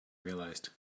realized